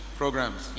programs